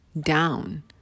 down